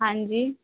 ਹਾਂਜੀ